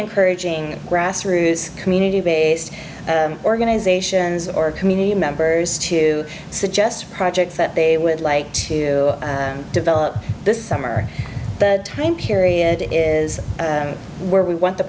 encouraging grassroots community based organizations or community members to suggest projects that they would like to develop this summer time period is where we want the